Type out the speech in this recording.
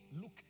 Look